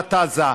ברצועת עזה.